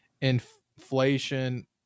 inflation